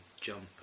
jump